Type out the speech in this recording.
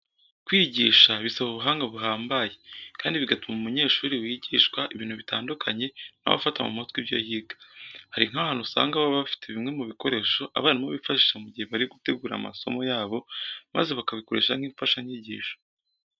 Kwigisha bisaba ubuhanga buhambaye kandi bigatuma umunyeshuri wigishwa ibintu bitandukanye na we afata mu mutwe ibyo yiga. Hari nk'ahantu usanga baba bafite bimwe mu bikoresho abarimu bifashisha mu gihe bari gutegura amasomo yabo maze bakabikoresha nk'imfashanyigisho.